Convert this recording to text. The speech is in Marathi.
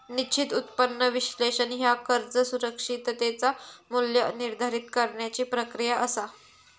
निश्चित उत्पन्न विश्लेषण ह्या कर्ज सुरक्षिततेचा मू्ल्य निर्धारित करण्याची प्रक्रिया असा